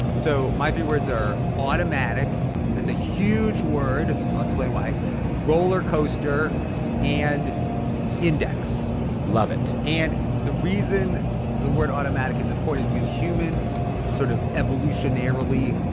so my three words are automatic that's a huge word i'll explain why roller coaster and index love it and the reason the word automatic is important is because humans sort of evolutionarily,